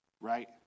right